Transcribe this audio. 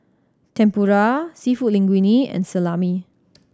Tempura Seafood Linguine and Salami